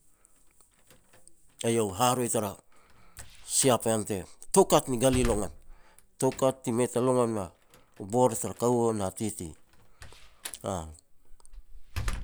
Eiau u haroi tar sia pean te, toukat ni gali longon. Toukat ti mei ta longon mea u bor tar kaua na tete, aah.